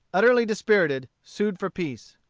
utterly dispirited, sued for peace.